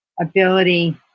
ability